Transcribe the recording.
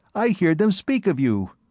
i hear them speak of you,